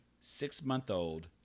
six-month-old